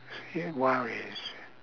see worries